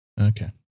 okay